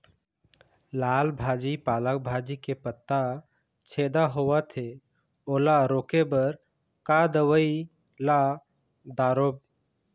लाल भाजी पालक भाजी के पत्ता छेदा होवथे ओला रोके बर का दवई ला दारोब?